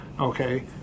okay